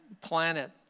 planet